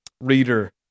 Reader